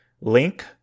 link